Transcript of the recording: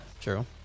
True